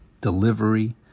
delivery